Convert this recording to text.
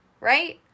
right